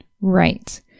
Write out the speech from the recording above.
Right